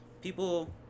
People